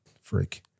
freak